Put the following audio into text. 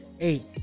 eight